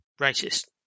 racist